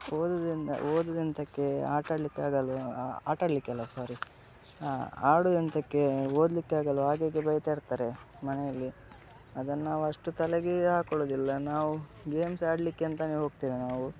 ಓದುದೆಂಥ ಓದುದೆಂಥಕ್ಕೆ ಆಟಾಡ್ಲಿಕೆ ಆಗಲ್ವಾ ಆಟಾಡಲಿಕ್ಕೆ ಅಲ್ಲ ಸ್ವಾ ಆಡುದೆಂಥಕ್ಕೆ ಓದಲಿಕ್ಕೆ ಆಗಲ್ವಾ ಹಾಗೆ ಹೀಗೆ ಬೈತಾ ಇರ್ತಾರೆ ಮನೆಯಲ್ಲಿ ಅದನ್ನು ನಾವು ಅಷ್ಟು ತಲೆಗೆ ಹಾಕೊಳುದಿಲ್ಲ ನಾವು ಗೇಮ್ಸ್ ಆಡಲಿಕ್ಕೆ ಅಂತಾನೆ ಹೋಗ್ತೇವೆ ನಾವು